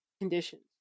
conditions